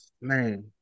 man